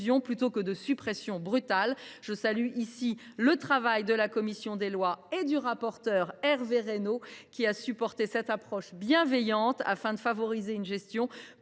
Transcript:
plutôt qu’à des suppressions brutales. Je salue à cet instant le travail de la commission des lois et du rapporteur, Hervé Reynaud, lequel a su défendre une approche bienveillante afin de favoriser une gestion